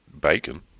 Bacon